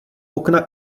okna